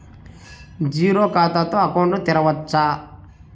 Zero ఖాతా తో account ను తెరవచ్చా?